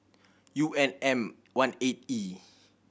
U N M One eight E